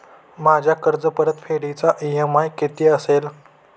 माझ्या कर्जपरतफेडीचा इ.एम.आय किती असेल?